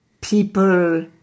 people